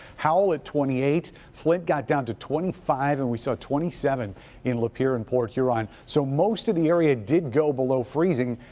howell at twenty eight. flint got down to twenty five and so twenty seven in lapeer and port huron. so most of the area did go below freezing,